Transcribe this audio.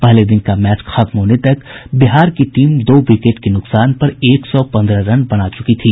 पहले दिन का मैच खत्म होने तक बिहार की टीम दो विकेट के नुकसान पर एक सौ पन्द्रह रन बना चुकी थी